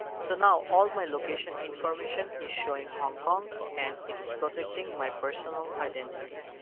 so now all my location information is showing hong kong and it's protecting my personal identity.